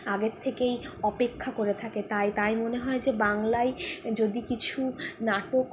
আগের থেকেই অপেক্ষা করে থাকে তাই তাই মনে হয় যে বাংলায় যদি কিছু নাটক হয়